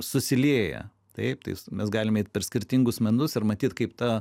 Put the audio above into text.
susilieja taip taip mes galim eit per skirtingus menus ir matyt kaip ta